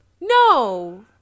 No